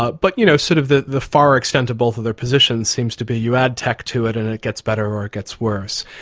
ah but you know sort of the the far extent of both of their positions seems to be you add tech to it and it gets better or it gets worse.